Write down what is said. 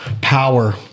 power